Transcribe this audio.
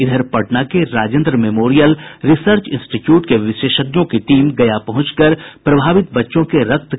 इधर पटना के Rajendra Memorial Research Institute के विशेषज्ञों की टीम गया पहुंचकर प्रभावित बच्चों के रक्त के नमूने ले रही है